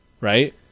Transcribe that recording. Right